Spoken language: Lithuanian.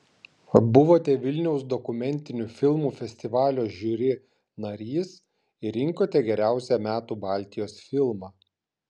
buvote vilniaus dokumentinių filmų festivalio žiuri narys ir rinkote geriausią metų baltijos filmą